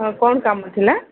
ହଁ କ'ଣ କାମ ଥିଲା